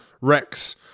Rex